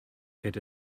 get